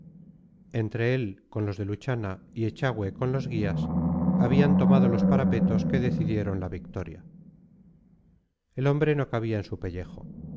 entre él con los de luchana y echagüe con los guías habían tomado los parapetos que decidieron la victoria el hombre no cabía en su pellejo